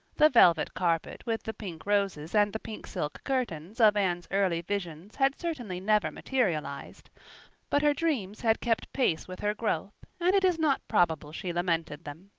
the velvet carpet with the pink roses and the pink silk curtains of anne's early visions had certainly never materialized but her dreams had kept pace with her growth, and it is not probable she lamented them.